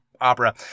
opera